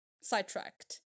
sidetracked